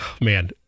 Man